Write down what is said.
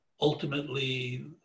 ultimately